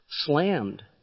slammed